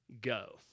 go